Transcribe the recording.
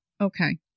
Okay